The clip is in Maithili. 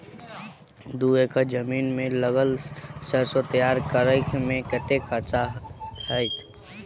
दू एकड़ जमीन मे लागल सैरसो तैयार करै मे कतेक खर्च हेतै?